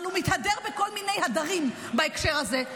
אבל הוא מתהדר בכל מיני הדרים בהקשר הזה.